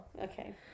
Okay